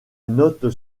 note